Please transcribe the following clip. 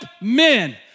men